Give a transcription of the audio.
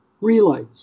relays